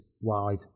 wide